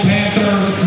Panthers